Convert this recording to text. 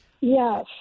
Yes